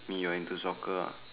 mean what you're into soccer ah